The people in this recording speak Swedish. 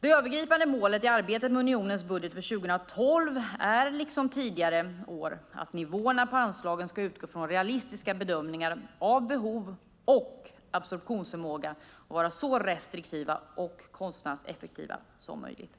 Det övergripande målet i arbetet med unionens budget för 2012 är liksom tidigare år att nivåerna på anslagen ska utgå från realistiska bedömningar av behov och absorptionsförmåga och vara så restriktiva och kostnadseffektiva som möjligt.